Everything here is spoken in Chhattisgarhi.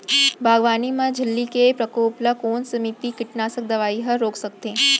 बागवानी म इल्ली के प्रकोप ल कोन सीमित कीटनाशक दवई ह रोक सकथे?